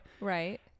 Right